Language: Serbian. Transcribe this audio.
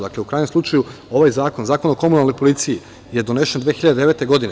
Dakle, u krajnjem slučaju, ovaj zakon, Zakon o komunalnoj policiji, je donešen 2009. godine.